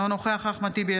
אינו נוכח אחמד טיבי,